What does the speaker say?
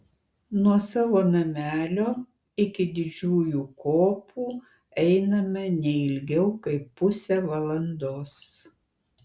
nuo savo namelio iki didžiųjų kopų einame ne ilgiau kaip pusę valandos